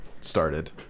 started